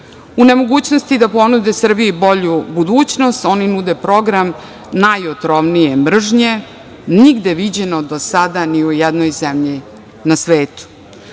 U nemogućnosti da ponude Srbiji bolju budućnost, oni nude program najotrovnije mržnje, nigde viđeno do sada ni u jednoj zemlji na svetu.U